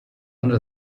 under